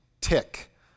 tick